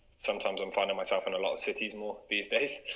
sometimes i'm finding myself in a lot of cities more these days.